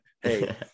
Hey